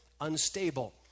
unstable